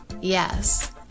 Yes